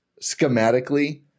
schematically